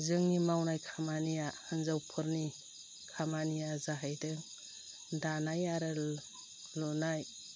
जोंनि मावनाय खामानिया हिन्जावफोरनि खामानिया जाहैदों दानाय आरो लुनाय